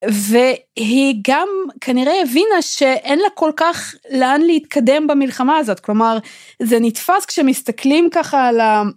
והיא גם כנראה הבינה שאין לה כל כך לאן להתקדם במלחמה הזאת, כלומר זה נתפס כשמסתכלים ככה על ה...